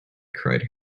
cried